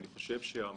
אני חושב שהמחוקק